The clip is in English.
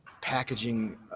packaging